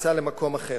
בקפיצה למקום אחר,